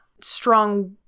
strong